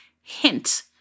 hint